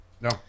No